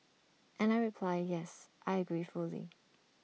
and I reply yes I agree fully